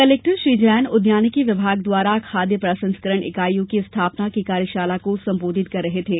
collector Shri Jain उद्यानिकी विभाग द्वारा खाद्य प्रसंस्करण इकाईयों की स्थापना की कार्यशाला को संबोधित कर रहे थे